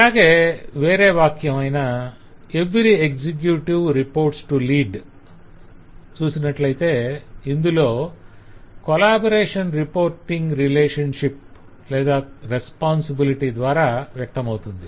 అలాగే వేరే వాక్యాన్ని 'Every executive reports to Lead' చూసినట్లయితే ఇందులో కొలాబరేషన్ రిపోర్టింగ్ రేలషన్శిప్ రెస్పొంసిబిలిటి ద్వారా వ్యక్తమవుతుంది